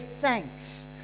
thanks